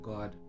God